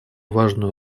важную